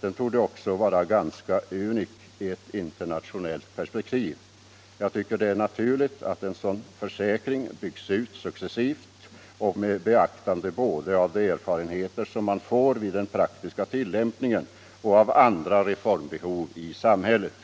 Den torde också vara ganska unik i ett internationellt perspektiv. Jag tycker det är naturligt att en sådan försäkring byggs ut successivt och med beaktande både av de erfarenheter man får vid den praktiska tilllämpningen och av andra reformbehov i samhället.